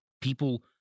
people